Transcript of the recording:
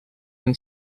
and